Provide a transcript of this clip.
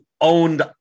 owned